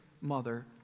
mother